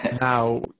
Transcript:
Now